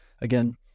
again